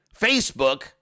Facebook